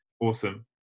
Awesome